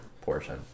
portion